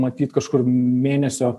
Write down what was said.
matyt kažkur mėnesio